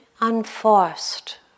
unforced